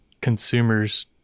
consumers